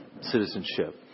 citizenship